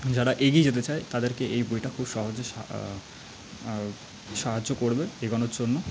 যারা এগিয়ে যেতে চায় তাদেরকে এই বইটা খুব সহজে সা সাহায্য করবে এগোনোর জন্য